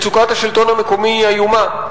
מצוקת השלטון המקומי היא איומה.